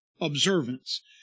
observance